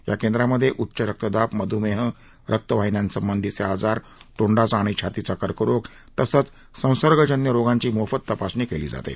या केंद्रामधे उच्च रक्तदाब मधूमेह रक्त वाहिन्यांसंबंधीचे आजार तोंडाचा आणि छातीचा कर्करोग तसंच संसर्गजन्य रोगांची मोफत तपासणी केली जाते